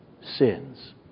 sins